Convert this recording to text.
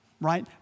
right